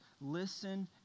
Listen